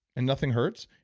and nothing hurts,